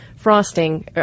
frosting